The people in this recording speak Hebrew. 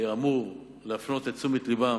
היה אמור להפנות את תשומת לבם